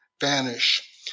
Vanish